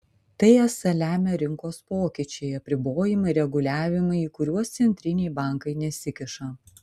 tai esą lemia rinkos pokyčiai apribojimai reguliavimai į kuriuos centriniai bankai nesikiša